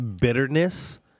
bitterness